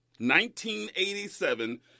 1987